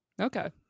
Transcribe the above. Okay